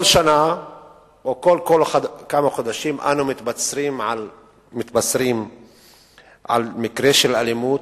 כל שנה או כל כמה חודשים אנו מתבשרים על מקרה של אלימות.